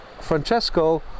Francesco